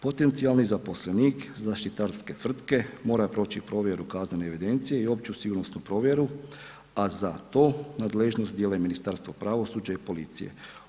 Potencijalni zaposlenik zaštitarske tvrtke mora proći provjeru kaznene evidencije i opću sigurnosnu provjeru, a za to nadležnost dijele Ministarstvo pravosuđa i policije.